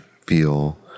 feel